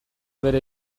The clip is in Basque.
bera